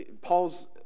Paul's